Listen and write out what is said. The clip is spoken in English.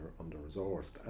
under-resourced